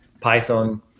Python